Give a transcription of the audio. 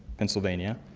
pennsylvania,